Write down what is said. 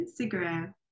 Instagram